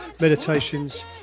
Meditations